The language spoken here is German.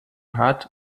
hat